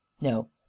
no